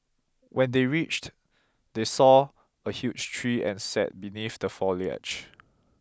when they reached they saw a huge tree and sat beneath the foliage